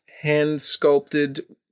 hand-sculpted